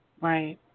Right